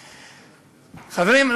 חברים,